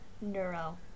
neuro